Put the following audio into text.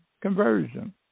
conversion